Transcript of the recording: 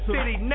City